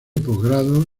postgrado